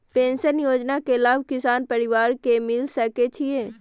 Pension योजना के लाभ किसान परिवार के मिल सके छिए?